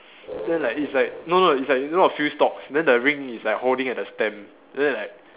then like it's like no no it's like you know a few stalks then the ring is like holding at the stem and then like